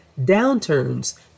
downturns